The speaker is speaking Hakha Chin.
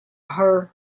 har